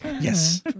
Yes